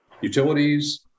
utilities